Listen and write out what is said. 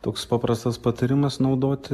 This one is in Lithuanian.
toks paprastas patarimas naudoti